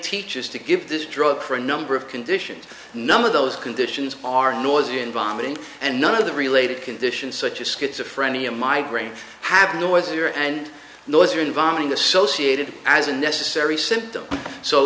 teachers to give this drug for a number of conditions none of those conditions are noisy and vomiting and none of the related conditions such as schizophrenia migraine have noisier and noisier involving associated as a necessary symptom so